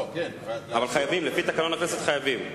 אבל לפי תקנון הכנסת חייבים.